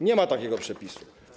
Nie ma takiego przepisu.